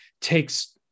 takes